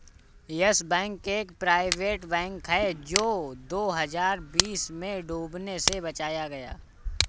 yes Bank एक private bank है जो दो हज़ार बीस में डूबने से बचाया गया